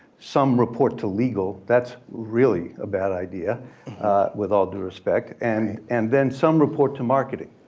some report to legal, that's really a bad idea with all due respect. and and then some report to marketing.